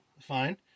fine